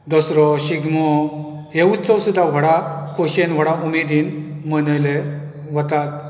दसरो शिगमो हे उत्सव सुदा व्हडा खोशयेन व्हडा उमेदीन मनयले वतात